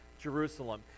Jerusalem